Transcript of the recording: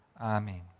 Amen